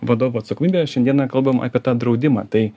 vadovų atsakomybę šiandieną kalbam apie tą draudimą tai